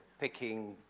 picking